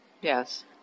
Yes